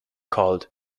called